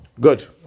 Good